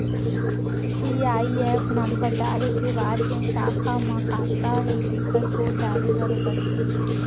CIF number डारे के बाद जेन साखा म खाता हे तेकर कोड डारे बर परथे